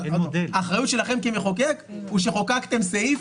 אבל האחריות שלכם כמחוקק היא שחוקקתם סעיף